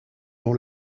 dans